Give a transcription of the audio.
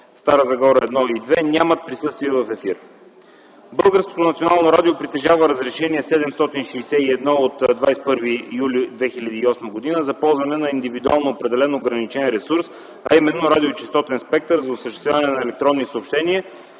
„Стара Загора 2” нямат присъствие в ефир. Българското национално радио притежава Разрешение № 761 от 21 юли 2008 г. за ползване на индивидуално определен ограничен ресурс, а именно радиочестотен спектър за осъществяване на електронни съобщения